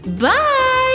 Bye